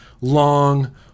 long